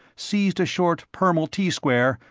seized a short permal t-square,